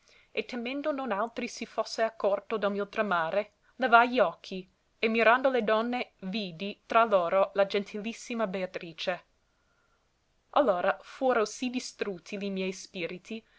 e temendo non altri si fosse accorto del mio tremare levai gli occhi e mirando le donne vidi tra loro la gentilissima beatrice allora fuoro sì distrutti li miei spiriti